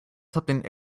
something